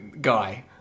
guy